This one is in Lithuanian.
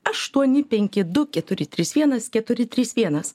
aštuoni penki du keturi trys vienas keturi trys vienas